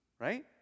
right